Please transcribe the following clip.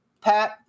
Pat